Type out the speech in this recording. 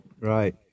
right